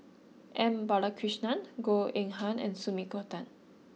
M Balakrishnan Goh Eng Han and Sumiko Tan